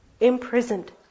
imprisoned